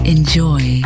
Enjoy